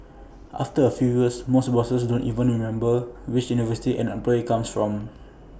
after A few years most bosses don't even remember which university an employee comes from